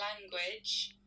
language